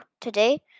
today